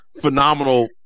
phenomenal